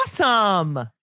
awesome